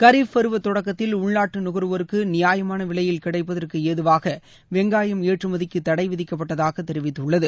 கரீப் பருவ தொடக்கத்தில் உள்நாட்டு நுகர்வோருக்கு நியாயமான விலையில் கிடைப்பதற்கு ஏதுவாக வெங்காயம் ஏற்றுமதிக்கு தடை விதிக்கப்பட்டதாக தெரிவித்துள்ளது